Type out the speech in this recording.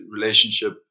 relationship